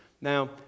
Now